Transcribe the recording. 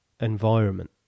environment